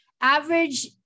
average